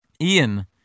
Ian